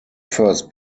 first